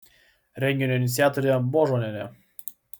renginio iniciatorė božonienė